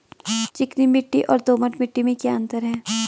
चिकनी मिट्टी और दोमट मिट्टी में क्या अंतर है?